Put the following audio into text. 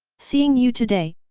seeing you today,